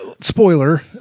spoiler